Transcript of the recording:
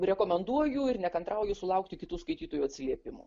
rekomenduoju ir nekantrauju sulaukti kitų skaitytojų atsiliepimų